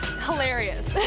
Hilarious